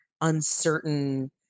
uncertain